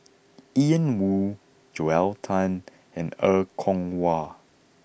Ian Woo Joel Tan and Er Kwong Wah